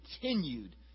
continued